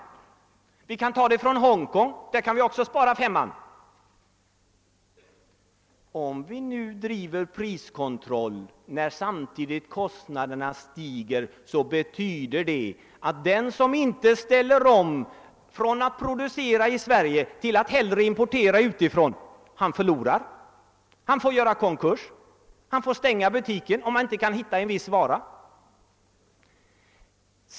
Och vi kan också sy dem i Hongkong och spara en femma. Om vi nu driver priskontroll samtidigt som kostnaderna stiger betyder det att den som inte ställer om från att producera i Sverige till att importera utifrån förlorar. Han får kanske göra konkurs om han inte kan hitta en viss vara på annat håll.